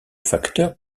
facteurs